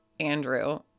Andrew